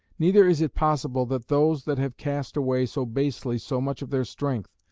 neither is it possible that those that have cast away so basely so much of their strength,